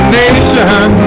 nation